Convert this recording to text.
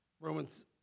Romans